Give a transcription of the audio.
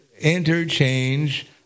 interchange